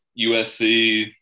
USC